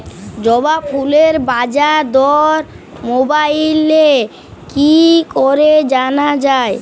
জবা ফুলের বাজার দর মোবাইলে কি করে জানা যায়?